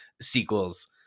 Sequels